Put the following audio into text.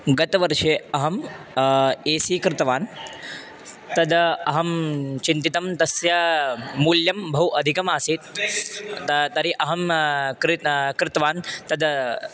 गतवर्षे अहम् A C कृतवान् तदा अहं चिन्तितं तस्य मूल्यं बहु अधिकम् आसीत् तर्हि अहं कृतवान् तद्